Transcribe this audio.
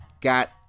got